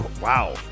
Wow